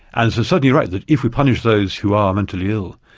and it's certainly right that if we punish those who are mentally ill,